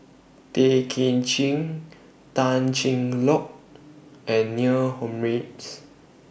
Tay Kay Chin Tan Cheng Lock and Neil Humphreys